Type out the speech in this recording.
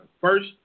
first